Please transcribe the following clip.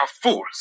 fools